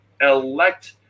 elect